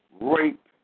rape